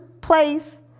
place